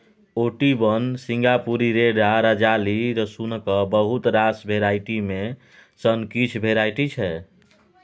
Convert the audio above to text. Ooty one, Singapuri red आ राजाली रसुनक बहुत रास वेराइटी मे सँ किछ वेराइटी छै